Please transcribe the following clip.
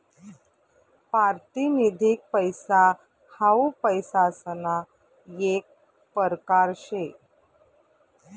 पारतिनिधिक पैसा हाऊ पैसासना येक परकार शे